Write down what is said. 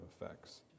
effects